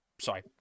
sorry